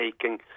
taking